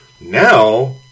Now